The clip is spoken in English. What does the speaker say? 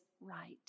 right